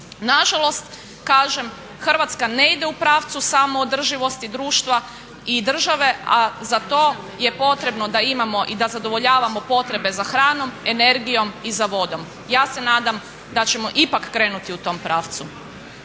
Na žalost, kažem Hrvatska ne ide u pravcu samo održivosti društva i države, a za to je potrebno da imamo i da zadovoljavamo potrebe za hranom, energijom i za vodom. Ja se nadam da ćemo ipak krenuti u tom pravcu.